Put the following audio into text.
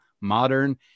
modern